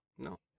No